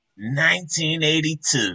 1982